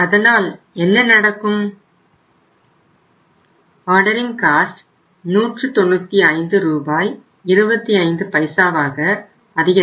அதனால் என்ன நடக்கும்